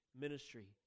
ministry